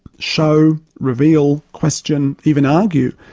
show, reveal, question even argue,